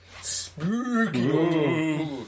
Spooky